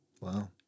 Wow